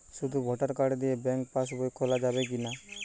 শুধু voter card দিয়ে bank pass বই খোলা যাবে কিনা?